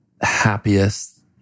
happiest